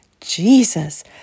Jesus